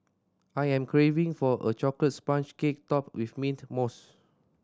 I am craving for a chocolate sponge cake topped with mint mousse